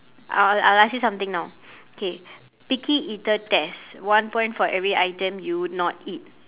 I'll I'll ask you something now okay picky eater test one point for every item you would not eat